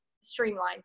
streamline